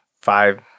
five